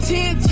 Ten